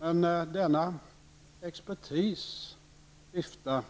Men denna expertis viftar